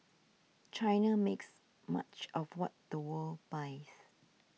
China makes much of what the world buys